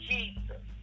Jesus